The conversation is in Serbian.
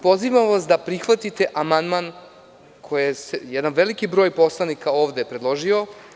Pozivam vas da prihvatite amandman koji je jedan veliki broj poslanika ovde predložio.